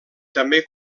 també